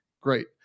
Great